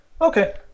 Okay